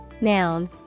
noun